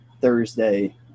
Thursday